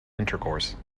intercourse